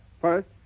First